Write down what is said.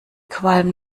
qualm